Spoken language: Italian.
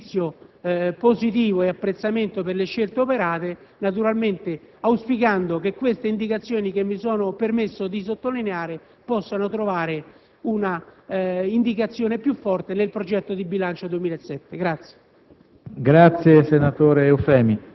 Per tali ragioni, esprimo un giudizio positivo e il mio apprezzamento per le scelte operate, naturalmente auspicando che queste indicazioni, che mi sono permesso di sottolineare, possano trovare maggiore spazio nel progetto di bilancio 2007.